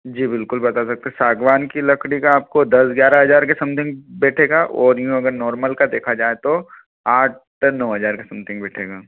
जी बिल्कुल बता सकते हैं सागवान की लकड़ी का आपको दस ग्यारह हज़ार के समथिंग बैठेगा और यूँ अगर नॉर्मल का देखा जाए तो आठ से नौ हज़ार के समथिंग बैठेगा